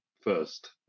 first